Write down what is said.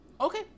Okay